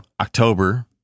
October